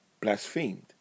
blasphemed